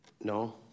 No